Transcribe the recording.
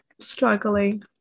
struggling